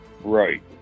Right